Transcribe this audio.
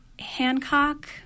Hancock